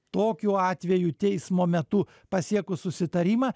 tokiu atveju teismo metu pasiekus susitarimą